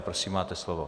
Prosím, máte slovo.